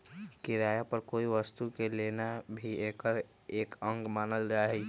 किराया पर कोई वस्तु के लेना भी एकर एक अंग मानल जाहई